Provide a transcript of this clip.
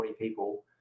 people